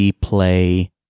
play